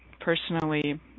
personally